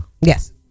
Yes